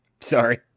Sorry